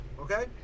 Okay